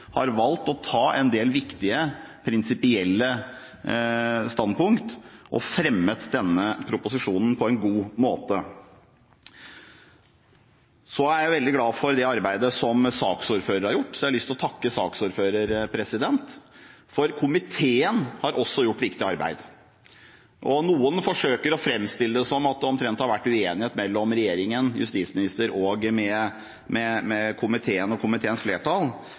har valgt å følge opp Metodekontrollutvalget, har valgt å ta en del viktige prinsipielle standpunkt og fremmet denne proposisjonen på en god måte. Jeg veldig glad for det arbeidet som saksordføreren har gjort, så jeg har lyst til å takke saksordføreren, for komiteen har også gjort et viktig arbeid. Noen forsøker å framstille det som at det har vært uenighet mellom regjeringen/ justisministeren og komiteen og komiteens flertall.